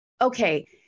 okay